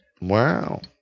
Wow